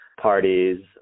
parties